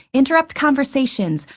interrupt conversations,